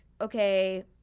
okay